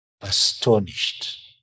astonished